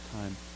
time